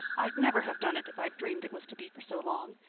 i'd never have done it if i'd dreamed it was to be for so long.